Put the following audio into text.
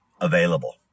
available